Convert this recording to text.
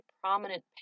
prominent